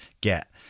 get